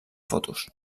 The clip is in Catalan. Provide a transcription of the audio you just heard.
fotos